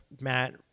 Matt